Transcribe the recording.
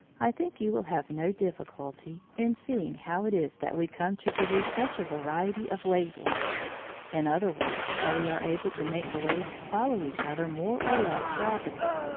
i think you will have no difficulty in seeing how it is that we come to produce such a variety of wave-lengths in other words, how we are able to make the waves follow each other more or less rapidly.